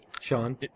Sean